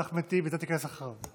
אז אחמד טיבי, אתה תיכנס אחריו.